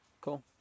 cool